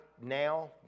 now